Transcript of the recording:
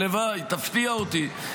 הלוואי, תפתיע אותי.